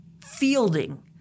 fielding